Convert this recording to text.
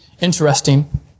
interesting